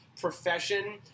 profession